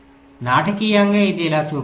నాటకీయంగా ఇది ఇలా చూపబడింది